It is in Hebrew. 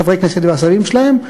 חברי כנסת והסבים שלהם,